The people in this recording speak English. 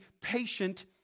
patient